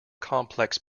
complex